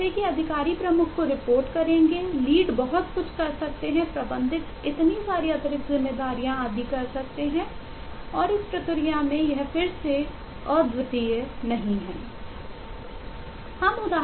इसी तरह एक लीड बहुत कुछ कर सकते हैं प्रबंधक इतनी सारी अतिरिक्त जिम्मेदारियां आदि कर सकते हैं और इस प्रक्रिया में यह फिर से अद्वितीय नहीं है